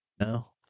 no